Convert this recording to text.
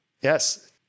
Yes